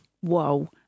Whoa